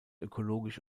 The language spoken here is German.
ökologisch